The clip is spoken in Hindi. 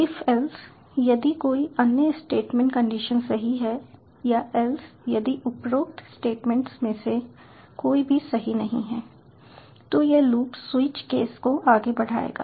इफ एल्स यदि कोई अन्य स्टेटमेंट कंडीशन सही है या एल्स यदि उपरोक्त स्टेटमेंट्स में से कोई भी सही नहीं है तो यह लूप स्विच केस को आगे बढ़ाएगा